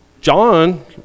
John